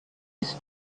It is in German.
ist